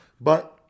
But-